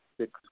six